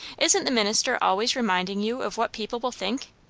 isn't the minister always reminding you of what people will think?